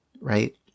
right